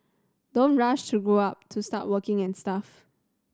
don't rush to grow up to start working and stuff